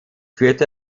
führte